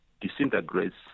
disintegrates